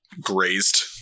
grazed